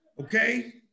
Okay